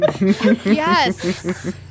yes